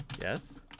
yes